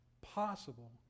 possible